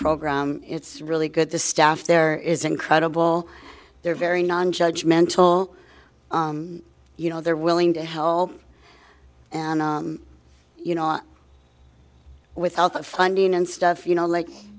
program it's really good the staff there is incredible they're very non judge mental you know they're willing to help and you know with all the funding and stuff you know like